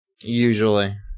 Usually